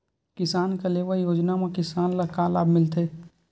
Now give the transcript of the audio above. किसान कलेवा योजना म किसान ल का लाभ मिलथे?